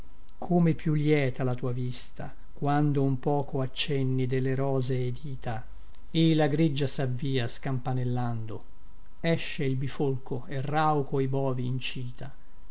come più lieta la tua vista quando un poco accenni delle rosee dita e la greggia savvia scampanellando esce il bifolco e rauco i bovi incìta